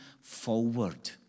forward